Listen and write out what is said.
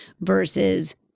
versus